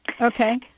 Okay